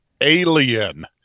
Alien